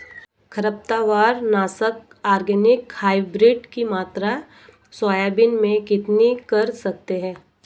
खरपतवार नाशक organic hybrid की मात्रा सोयाबीन में कितनी कर सकते हैं?